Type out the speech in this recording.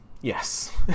yes